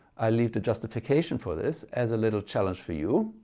i'll leave the justification for this as a little challenge for you.